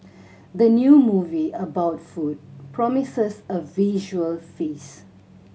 the new movie about food promises a visual feast